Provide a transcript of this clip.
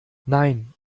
nein